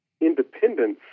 independence